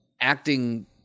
Acting